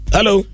Hello